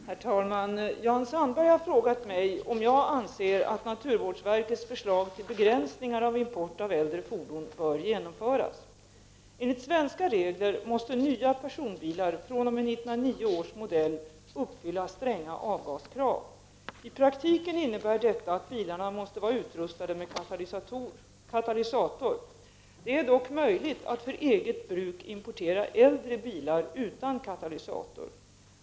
Herr talman! Jan Sandberg har frågat mig om jag anser att naturvårdsverkets förslag till begränsningar av import av äldre fordon bör genomföras. Enligt svenska regler måste nya personbilar fr.o.m. 1989 års modell uppfylla stränga avgaskrav. I praktiken innebär detta att bilarna måste vara utrustade med katalysator. Det är dock möjligt att för eget bruk importera äldre bilar utan katalysator.